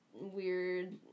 weird